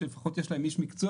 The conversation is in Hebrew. שלפחות יש להם איש מקצוע